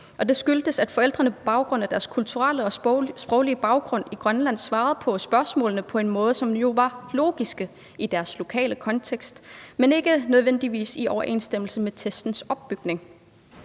Det skyldtes, at forældrene på baggrund af deres kulturelle og sproglige baggrund i Grønland svarede på spørgsmålene på en måde, som jo var logiske i deres lokale kontekst, men ikke nødvendigvis i overensstemmelse med testens opbygning.